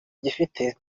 gifite